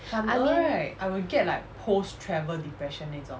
I mean